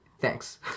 Thanks